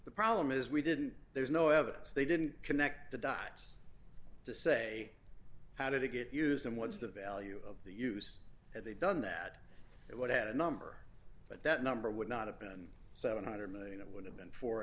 the problem is we didn't there's no evidence they didn't connect the dots to say how to get use them what's the value of the use and they've done that it would had a number but that number would not have been seven hundred million it would have been fo